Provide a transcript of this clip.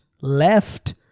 Left